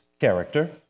character